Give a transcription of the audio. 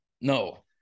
No